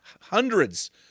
hundreds